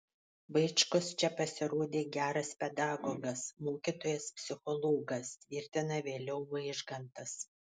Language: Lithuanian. vaičkus čia pasirodė geras pedagogas mokytojas psichologas tvirtina vėliau vaižgantas